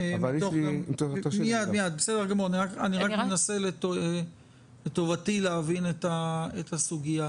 אני רק מנסה לטובתי להבין את הסוגיה.